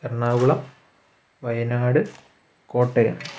Ernakulam Wayanad Kottayam